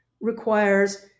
requires